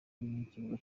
n’ikibuga